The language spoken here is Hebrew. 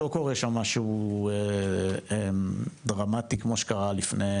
לא קורה שם משהו דרמטי כמו שקרה לפני